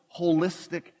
holistic